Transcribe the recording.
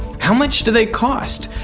how much do they cost?